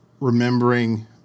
remembering